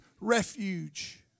refuge